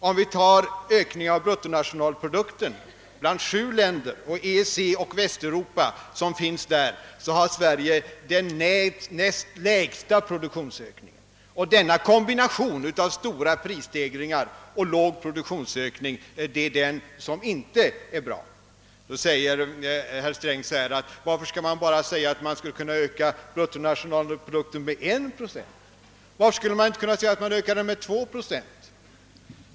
Och ser vi på ökningen av bruttonationalprodukten, så har Sverige den näst lägsta produktionsökningen bland 7 länder och lägre än genomsnittet i EEC och Västeuropa över huvud taget. Och det är denna kombination av kraftiga prisstegringar och låg produktionsökning som inte är bra. Nu säger herr Sträng: Varför bara säga att vi borde ha kunnat öka bruttonationalprodukten med 1 procent mera per år? Varför inte med 2 procent?